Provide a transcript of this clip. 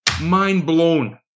mind-blown